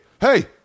Hey